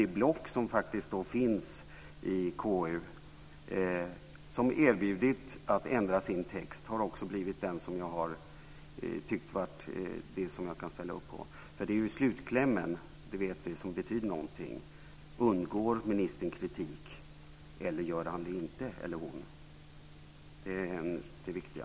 Den gruppering i KU som erbjudit sig att ändra sin text har också blivit den gruppering som jag tyckt att jag har kunnat ställa upp för. Det är ju slutklämmen - det vet vi - som betyder någonting. Undgår ministern kritik eller gör han eller hon det inte? Det är det viktiga.